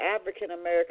African-American